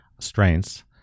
strengths